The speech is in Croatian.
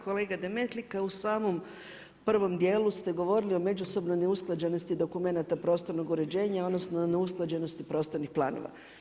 Kolega Demetlika, u samom prvom dijelu ste govorili o međusobnoj neusklađenosti dokumenata prostornog uređenja odnosno neusklađenosti prostornih planova.